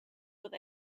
with